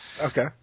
Okay